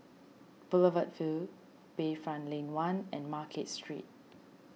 Boulevard Vue Bayfront Lane one and Market Street